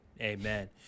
Amen